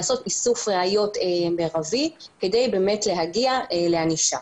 לעשות איסוף ראיות מרבי כדי להגיע לענישה.